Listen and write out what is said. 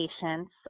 patients